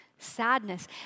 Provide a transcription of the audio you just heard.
sadness